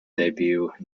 debut